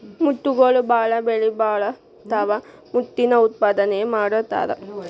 ಮುತ್ತುಗಳು ಬಾಳ ಬೆಲಿಬಾಳತಾವ ಮುತ್ತಿನ ಉತ್ಪಾದನೆನು ಮಾಡತಾರ